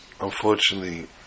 unfortunately